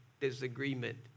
disagreement